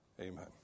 Amen